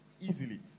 easily